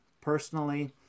personally